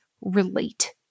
relate